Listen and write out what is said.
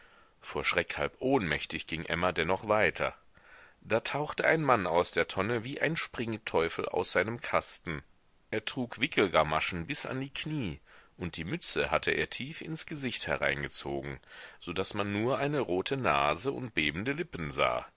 vor schreck halb ohnmächtig ging emma dennoch weiter da tauchte ein mann aus der tonne wie ein springteufel aus seinem kasten er trug wickelgamaschen bis an die knie und die mütze hatte er tief ins gesicht hereingezogen so daß man nur eine rote nase und bebende lippen sah